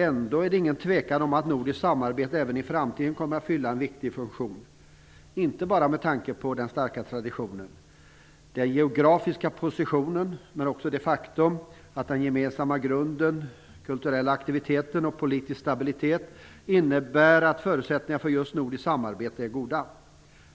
Ändå är det ingen tvekan om att nordiskt samarbete även i framtiden kommer att fylla en viktig funktion, inte bara med tanke på den starka traditionen. Den geografiska positionen och också den gemensamma grunden, kulturell aktivitet och politisk stabilitet, innebär att förutsättningarna för just nordiskt samarbete är goda.